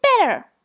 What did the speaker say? better